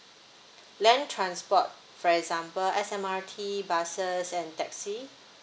land transport for example S_M_R_T buses and taxi